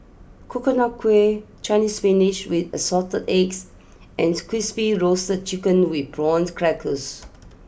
Coconut Kuih Chinese spinach with assorted eggs ans Crispy Roasted Chicken with Prawns Crackers